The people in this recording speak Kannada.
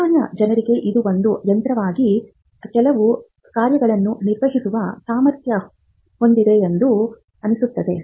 ಸಾಮಾನ್ಯ ಜನರಿಗೆ ಇದು ಒಂದು ಯಂತ್ರವಾಗಿ ಕೆಲವು ಕಾರ್ಯಗಳನ್ನು ನಿರ್ವಹಿಸುವ ಸಾಮರ್ಥ್ಯ ಹೊಂದಿದೆ ಎಂದು ಅನಿಸುತ್ತದೆ